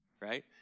right